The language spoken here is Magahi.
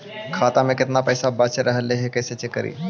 खाता में केतना पैसा बच रहले हे कैसे चेक करी?